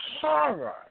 horror